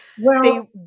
Well-